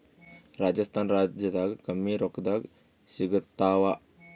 ರಾಜಸ್ಥಾನ ರಾಜ್ಯದಾಗ ಕಮ್ಮಿ ರೊಕ್ಕದಾಗ ಸಿಗತ್ತಾವಾ?